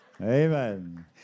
Amen